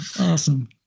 Awesome